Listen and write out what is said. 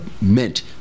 meant